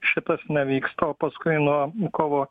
šitas nevyksta o paskui nuo kovo